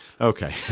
okay